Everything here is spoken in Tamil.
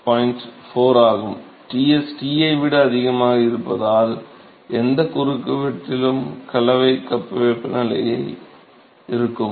4 ஆகும் Ts T ஐ விட அதிகமாக இருந்தால் எந்த குறுக்குவெட்டிலும் கலவை கப் வெப்பநிலையை இருக்கும்